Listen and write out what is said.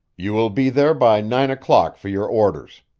you will be there by nine o'clock for your orders.